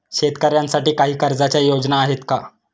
शेतकऱ्यांसाठी काही कर्जाच्या योजना आहेत का?